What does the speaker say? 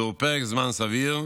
זהו פרק זמן סביר,